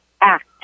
act